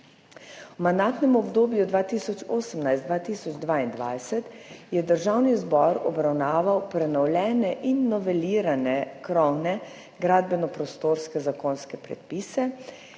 V mandatnem obdobju 2018–2022 je Državni zbor obravnaval prenovljene in novelirane krovne gradbeno-prostorske zakonske predpise,